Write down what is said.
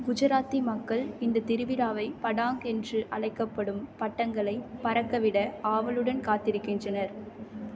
குஜராத்தி மக்கள் இந்த திருவிழாவை படாங் என்று அழைக்கப்படும் பட்டங்களைப் பறக்கவிட ஆவலுடன் காத்திருக்கின்றனர்